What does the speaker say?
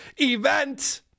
event